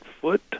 foot